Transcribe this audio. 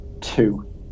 two